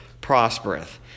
prospereth